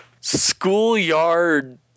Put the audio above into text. schoolyard